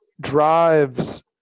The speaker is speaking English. drives